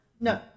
No